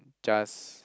just